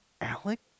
Alex